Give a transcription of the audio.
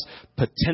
potential